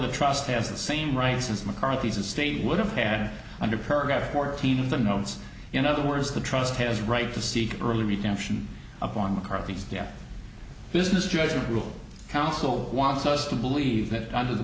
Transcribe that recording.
the trust has the same rights as mccarthy's estate would have had under paragraph fourteen of the notes in other words the trust has a right to seek early retention of on mccarthy's death business judgment rule counsel wants us to believe that under the